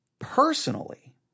Personally